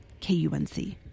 KUNC